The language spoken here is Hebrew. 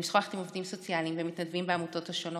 אני משוחחת עם עובדים סוציאליים ומתנדבים בעמותות השונות,